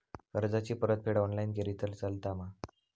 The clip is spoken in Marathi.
कर्जाची परतफेड ऑनलाइन केली तरी चलता मा?